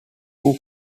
who